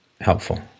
helpful